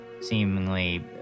seemingly